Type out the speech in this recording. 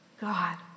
God